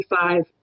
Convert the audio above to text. five